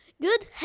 Good